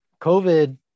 COVID